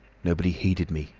nobody heeded me,